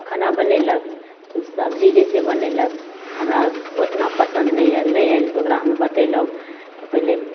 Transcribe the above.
खाना बनेलक तऽ सबजी जैसे बनेलक हमरा ओतना पसंद नहि आएल नहि आएल तऽ ओकरा हम बतेलहुँ कि पहिले